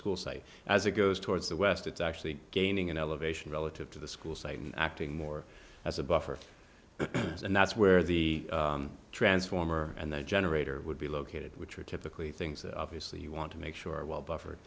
school site as it goes towards the west it's actually gaining in elevation relative to the school site and acting more as a buffer and that's where the transformer and the generator would be located which are typically things that obviously you want to make sure are well buffer